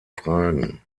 fragen